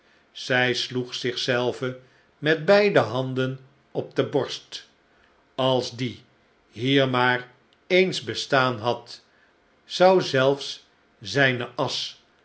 zij sloeg zich zelve met beide handen op de borst als die hier maar eens bestaan had zou zelfs zijne asch